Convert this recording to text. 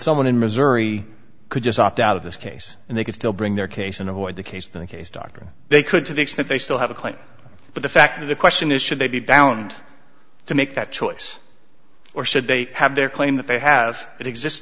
someone in missouri could just opt out of this case and they could still bring their case and avoid the case the case dr they could to the extent they still have a claim but the fact of the question is should they be bound to make that choice or should they have their claim that they have it exist